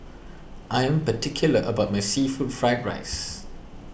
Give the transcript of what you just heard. I am particular about my Seafood fFried Rice